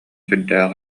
сүрдээх